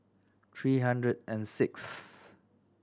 three hundred and sixth